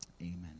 amen